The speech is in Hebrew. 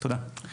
תודה.